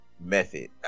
method